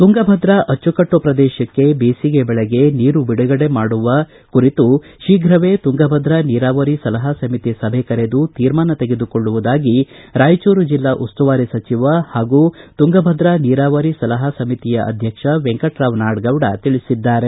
ತುಂಗಭದ್ರಾ ಅಚ್ಚುಕಟ್ಟು ಪ್ರದೇಶಕ್ಕೆ ಬೇಸಿಗೆ ಬೆಳೆಗೆ ನೀರು ಬಿಡುಗಡೆ ಮಾಡುವ ಕುರಿತು ಶೀಘ್ರವೇ ತುಂಗಭದ್ರಾ ನೀರಾವರಿ ಸಲಹಾ ಸಮಿತಿ ಸಭೆ ಕರೆದು ತೀರ್ಮಾನ ತೆಗೆದುಕೊಳ್ಳುವುದಾಗಿ ರಾಯಚೂರು ಜಿಲ್ಲಾ ಉಸ್ತುವಾರಿ ಸಚಿವ ಹಾಗೂ ತುಂಗಭದ್ರಾ ನೀರಾವರಿ ಸಲಹಾ ಸಮಿತಿಯ ಅಧ್ವಕ್ಷ ವೆಂಕಟರಾವ್ ನಾಡಗೌಡ ತಿಳಿಸಿದ್ದಾರೆ